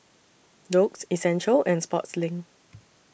Doux Essential and Sportslink